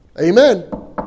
Amen